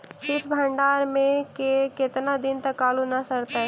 सित भंडार में के केतना दिन तक आलू न सड़तै?